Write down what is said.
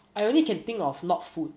I only can think of not food